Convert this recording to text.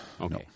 Okay